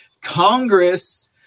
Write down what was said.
Congress